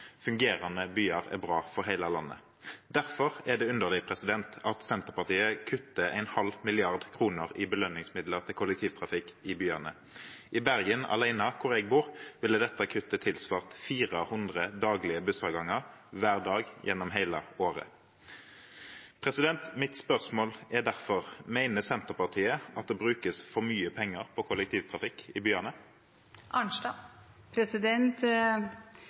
Fungerende byer er bra for hele landet. Derfor er det underlig at Senterpartiet kutter en halv milliard kroner i belønningsmidler til kollektivtrafikk i byene. I Bergen, der jeg bor, ville dette kuttet alene tilsvart 400 daglige bussavganger hver dag gjennom hele året. Mitt spørsmål er derfor: Mener Senterpartiet at det brukes for mye penger på kollektivtrafikk i byene?